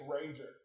Ranger